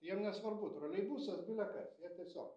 jiem nesvarbu troleibusas bile kas jie tiesiog